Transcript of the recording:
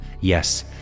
Yes